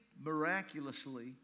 miraculously